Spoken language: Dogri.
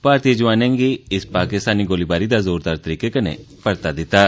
भारतीय जोआनें बी पाकिस्तानी गोलीबारी दा जोरदार तरीकें कन्नै परता दित्ता